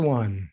one